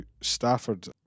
Stafford